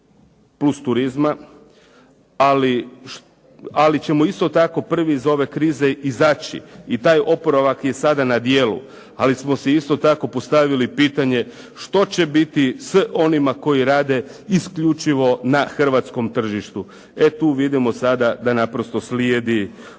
plus turizma, ali ćemo isto tako prvi iz ove krize izaći i taj oporavak je sada na djelu. Ali smo si isto tako postavili pitanje što će biti s onima koji rade isključivo na hrvatskom tržištu. E tu vidimo sada da naprosto slijedi ovaj